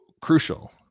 crucial